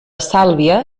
sàlvia